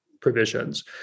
provisions